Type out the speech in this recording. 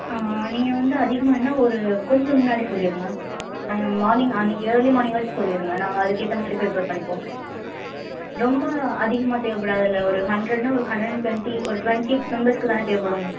நீங்கள் வந்து அதிகமாக என்ன ஒரு கொஞ்சம் முன்னாடி சொல்லிருங்க மார்னிங் அன்னைக்கி இயர்லி மார்னிங் ஆச்சும் சொல்லிருங்க நாங்கள் அதுக்கு ஏற்ற மாதிரி ப்ரிப்பர் பண்ணிப்போம் ரொம்ப அதிகமாக தேவைப்படதுல்ல ஒரு ஹண்ட்ரட்னால் ஹண்டடன் டொண்ட்டி ஒரு டொண்ட்டி மெம்பர்ஸ்க்குதானே தேவைப்படும்